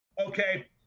Okay